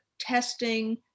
testing